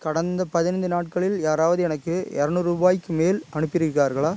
கடந்த பதினைந்து நாட்களில் யாராவது எனக்கு இரநூறு ரூபாய்க்கு மேல் அனுப்பி இருக்கிறார்களா